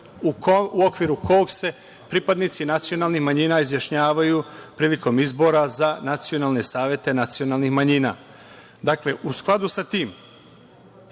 u okviru kog se pripadnici nacionalnih manjina izjašnjavaju prilikom izbora za nacionalne savete nacionalnih manjina. Dakle, u skladu sa tim